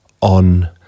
on